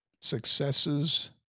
successes